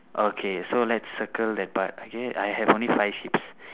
okay so let's circle that part okay I have only five sheeps